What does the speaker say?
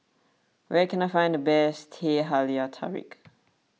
where can I find the best Teh Halia Tarik